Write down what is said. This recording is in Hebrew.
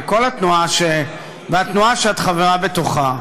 והתנועה שאת חברה בתוכה: